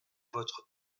votre